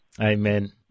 Amen